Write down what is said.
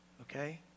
Okay